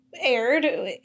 aired